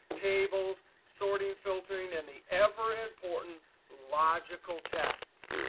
tables, sorting, filtering, and the ever important logical tests.